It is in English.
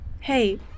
Hey